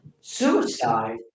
Suicide